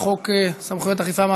על חוק סמכויות אכיפה,